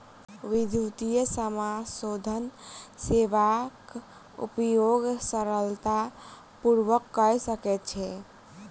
विद्युतीय समाशोधन सेवाक उपयोग सरलता पूर्वक कय सकै छै